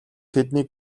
тэднийг